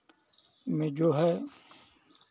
में जो है